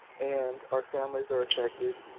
and our families are affected.